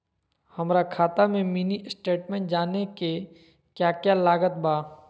हमरा खाता के मिनी स्टेटमेंट जानने के क्या क्या लागत बा?